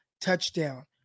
touchdown